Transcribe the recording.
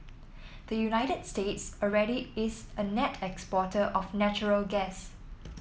the United States already is a net exporter of natural gas